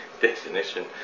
definition